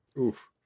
Oof